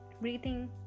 Breathing